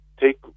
Take